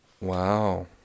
Wow